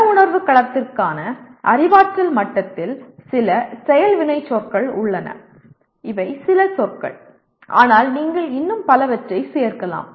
மன உணர்வு களத்திற்கான அறிவாற்றல் மட்டத்தில் சில செயல் வினைச்சொற்கள் உள்ளன இவை சில சொற்கள் ஆனால் நீங்கள் இன்னும் பலவற்றைச் சேர்க்கலாம்